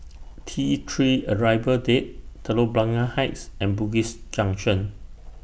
T three Arrival Dave Telok Blangah Heights and Bugis Junction